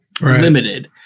limited